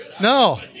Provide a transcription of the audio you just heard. No